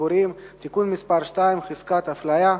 ציבוריים (תיקון מס' 2) (חזקת הפליה),